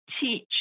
teach